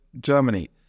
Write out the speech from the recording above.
Germany